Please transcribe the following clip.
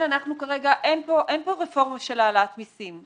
אין כאן רפורמה של העלאת מסים.